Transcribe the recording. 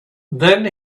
then